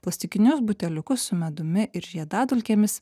plastikinius buteliukus su medumi ir žiedadulkėmis